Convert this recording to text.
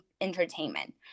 entertainment